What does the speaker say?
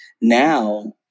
now